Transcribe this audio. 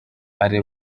ari